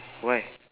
why